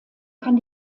kann